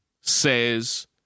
says